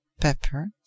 pepper